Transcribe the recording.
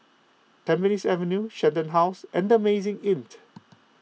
Tampines Avenue Shenton House and the Amazing Inn